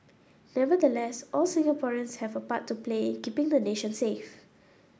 nevertheless all Singaporeans have a part to play in keeping the nation safe